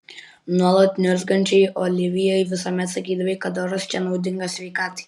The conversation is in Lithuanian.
nuolat niurzgančiai olivijai visuomet sakydavai kad oras čia naudingas sveikatai